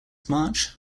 march